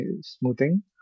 smoothing